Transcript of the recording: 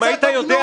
קצת הוגנות.